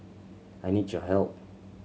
I need your help